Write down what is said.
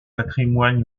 patrimoine